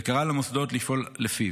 וקראה למוסדות לפעול לפיו.